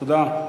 תודה.